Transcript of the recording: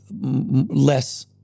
less